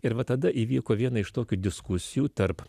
ir va tada įvyko viena iš tokių diskusijų tarp